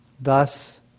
Thus